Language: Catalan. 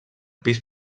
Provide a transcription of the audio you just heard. pis